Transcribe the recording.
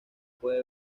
puede